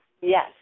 Yes